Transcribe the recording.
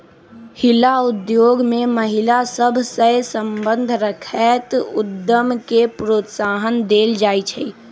हिला उद्योग में महिला सभ सए संबंध रखैत उद्यम के प्रोत्साहन देल जाइ छइ